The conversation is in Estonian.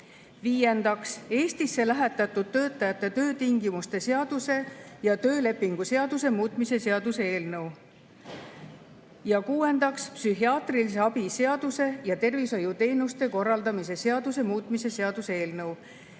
Viiendaks, Eestisse lähetatud töötajate töötingimuste seaduse ja töölepingu seaduse muutmise seaduse eelnõu. Ja kuuendaks, psühhiaatrilise abi seaduse ja tervishoiuteenuste korraldamise seaduse muutmise seaduse eelnõu.